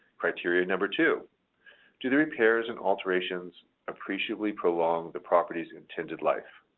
criteria number two do the repairs and alterations appreciably prolong the property's intended life?